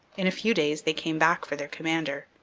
in a few days they came back for their commander.